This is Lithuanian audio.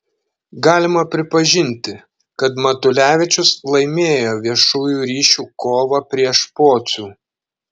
galima pripažinti kad matulevičius laimėjo viešųjų ryšių kovą prieš pocių